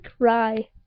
cry